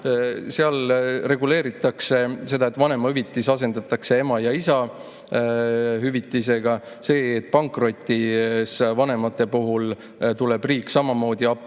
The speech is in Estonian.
Seal reguleeritakse seda, et vanemahüvitis asendatakse ema- ja isahüvitisega. Pankrotis vanemate puhul tuleb riik samamoodi appi